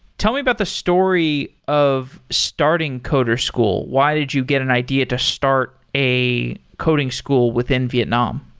tell me about the story of starting coder school. why did you get an idea to start a coding school within vietnam?